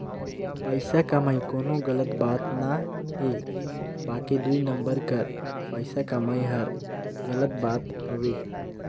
पइसा कमई कोनो गलत बात ना हे बकि दुई नंबर कर पइसा कमई हर गलत बात हवे